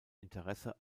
interesse